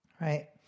right